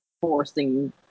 forcing